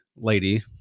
lady